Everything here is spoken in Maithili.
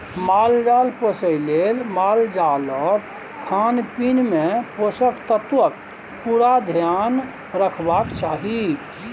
माल जाल पोसय लेल मालजालक खानपीन मे पोषक तत्वक पुरा धेआन रखबाक चाही